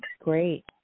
great